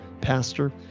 pastor